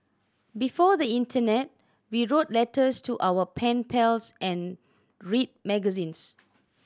before the internet we wrote letters to our pen pals and read magazines